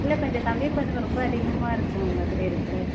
இல்லை கொஞ்சம் கம்மி பண்ணுங்கள் ரொம்ப அதிகமாக இருக்கா மாதிரி இருக்குல